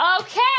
Okay